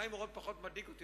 חיים אורון פחות מדאיג אותי.